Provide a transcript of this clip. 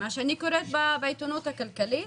ממה שאני קוראת בעיתונות הכלכלית,